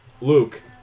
Luke